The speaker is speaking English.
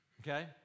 Okay